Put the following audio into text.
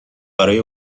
برای